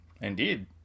Indeed